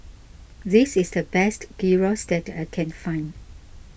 this is the best Gyros that I can find